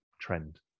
trend